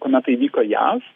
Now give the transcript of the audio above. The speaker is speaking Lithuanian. kuomet tai vyko jav